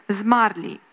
zmarli